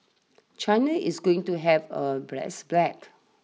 China is going to have a blast black